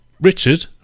Richard